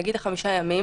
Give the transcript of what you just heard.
נגיד לחמישה ימים,